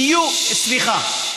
יהיו, סליחה.